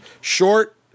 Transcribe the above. short